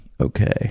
Okay